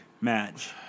match